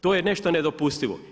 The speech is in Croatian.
To je nešto nedopustivo.